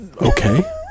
okay